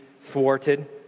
thwarted